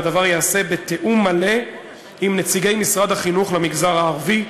והדבר ייעשה בתיאום מלא עם נציגי משרד החינוך למגזר הערבי.